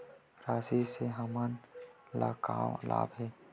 राशि से हमन ला का लाभ हे?